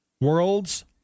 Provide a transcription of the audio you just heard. world's